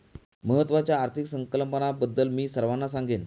महत्त्वाच्या आर्थिक संकल्पनांबद्दल मी सर्वांना सांगेन